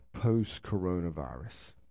post-coronavirus